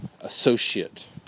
associate